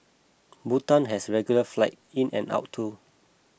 Bhutan has regular flights in and out too